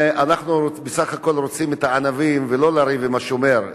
אנחנו בסך הכול רוצים את הענבים ולא לריב עם השומר,